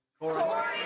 Corey